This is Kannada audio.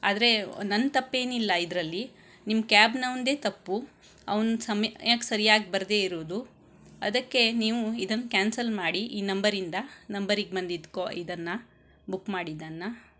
ಆದರೆ ನನ್ನ ತಪ್ಪೇನಿಲ್ಲ ಇದರಲ್ಲಿ ನಿಮ್ಮ ಕ್ಯಾಬ್ನವನ್ದೇ ತಪ್ಪು ಅವ್ನು ಸಮಯಕ್ಕೆ ಸರಿಯಾಗಿ ಬರದೇ ಇರೋದು ಅದಕ್ಕೆ ನೀವು ಇದನ್ನು ಕ್ಯಾನ್ಸಲ್ ಮಾಡಿ ಈ ನಂಬರಿಂದ ನಂಬರಿಗೆ ಬಂದಿದ್ದ ಕೋ ಇದನ್ನು ಬುಕ್ ಮಾಡಿದ್ದನ್ನ